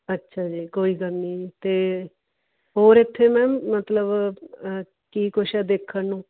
ਅੱਛਾ ਜੀ ਕੋਈ ਗੱਲ ਨਹੀਂ ਅਤੇ ਹੋਰ ਇੱਥੇ ਮੈਮ ਮਤਲਬ ਕੀ ਕੁਛ ਐ ਦੇਖਣ ਨੂੰ